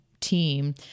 team